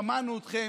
שמענו אתכם,